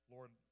Lord